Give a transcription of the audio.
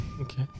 Okay